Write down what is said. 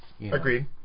agreed